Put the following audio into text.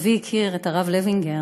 אבי הכיר את הרב לוינגר,